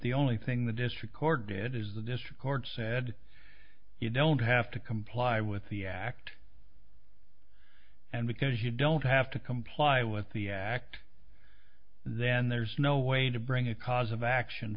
the only thing the district court did is the district court said you don't have to comply with the act and because you don't have to comply with the act then there's no way to bring a cause of action